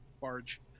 barge